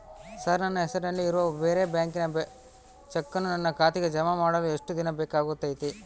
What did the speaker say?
Sir ನನ್ನ ಹೆಸರಲ್ಲಿ ಇರುವ ಬೇರೆ ಬ್ಯಾಂಕಿನ ಚೆಕ್ಕನ್ನು ನನ್ನ ಖಾತೆಗೆ ಜಮಾ ಮಾಡಲು ಎಷ್ಟು ದಿನ ಬೇಕಾಗುತೈತಿ?